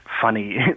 funny